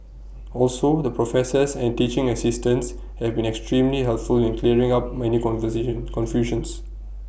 also the professors and teaching assistants have been extremely helpful in clearing up many conversation confusions